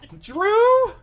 drew